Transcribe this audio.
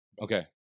Okay